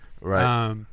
Right